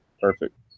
perfect